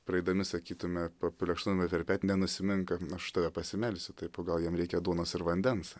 praeidami sakytume paplekšnojame per petį nenusimink aš už tave pasimelsiu taip o gal jiems reikia duonos ir vandens